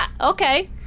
okay